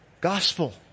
gospel